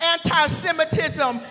anti-semitism